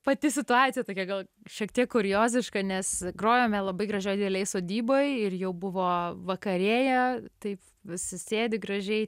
pati situacija tokia gal šiek tiek kurioziška nes grojome labai gražioj didelėj sodyboj ir jau buvo vakarėja taip visi sėdi gražiai